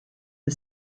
the